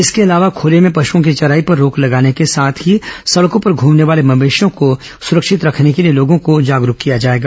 इसके अलावा खूले में पशुओं की चराई पर रोक लगाने के साथ ही सड़कों पर घ्रमने वाले मवेशियों को सुरक्षित रखने के लिए लोगों को जागरूक किया जाएगा